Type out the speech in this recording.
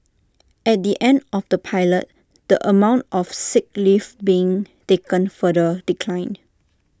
at the end of the pilot the amount of sick leave being taken further declined